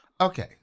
Okay